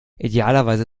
idealerweise